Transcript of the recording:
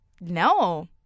No